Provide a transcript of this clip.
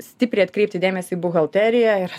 stipriai atkreipti dėmesį į buhalteriją ir